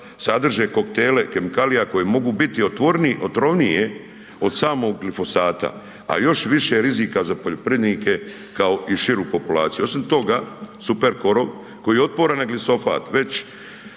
sadrže koktele kemikalija koji mogu biti otvoreni, otrovnije od samog glifosata, a još više rizika za poljoprivrednike kao i širu populaciju. Osim toga, superkorov koji je otporan na glisofat